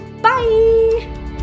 Bye